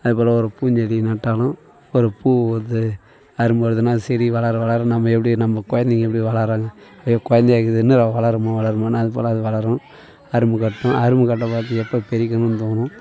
அதுபோல் ஒரு பூஞ்செடி நட்டாலும் ஒரு பூ வருது அரும்பு வருதுன்னா அது செடி வளர வளர நம்ம எப்படி நம்ம கொழந்தைங்க எப்படி வளர்கிறாங்க அதே கொழந்தையாக்கிதுன்னு வளருமோ வளருமோன்னு அதுபோல் அது வளரும் அரும்பு கட்டணும் அரும்பு கட்டினப் பார்த்து எப்போ பறிக்கணுன்னு தோணும்